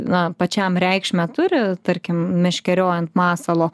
na pačiam reikšmę turi tarkim meškeriojant masalo